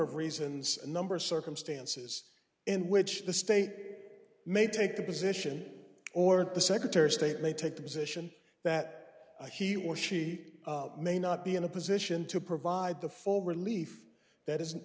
of reasons a number of circumstances in which the state may take the position or the secretary of state may take the position that he or she may not be in a position to provide the full relief that isn't